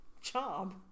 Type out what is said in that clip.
job